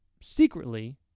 secretly